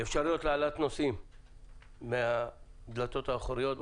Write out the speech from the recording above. אפשרויות להעלאת נוסעים מהדלתות האחוריות באוטובוס.